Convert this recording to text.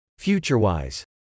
FutureWise